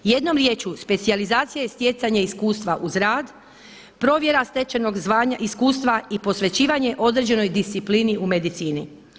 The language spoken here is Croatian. Jednom riječju specijalizacija je stjecanje iskustva uz rad, provjera stečenog zvanja, iskustva i posvećivanje određenoj disciplini u medicini.